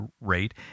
rate